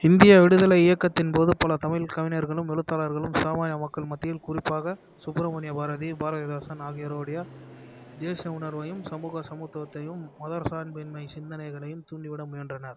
இந்திய விடுதலை இயக்கத்தின் போது பல தமிழ்க் கவிஞர்களும் எழுத்தாளர்களும் சாமானிய மக்கள் மத்தியில் குறிப்பாக சுப்பிரமணிய பாரதி பாரதிதாசன் ஆகியோருடையே தேசிய உணர்வையும் சமூக சமத்துவத்தையும் மதச்சார்பின்மைச் சிந்தனைகளையும் தூண்டிவிட முயன்றனர்